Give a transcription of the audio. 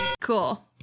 Cool